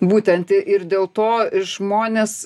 būtent ir dėl to žmonės